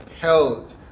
held